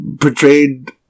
portrayed